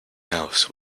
house